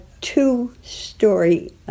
two-story